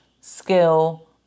skill